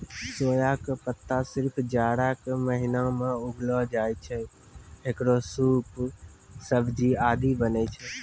सोया के पत्ता सिर्फ जाड़ा के महीना मॅ उगैलो जाय छै, हेकरो सूप, सब्जी आदि बनै छै